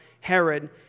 Herod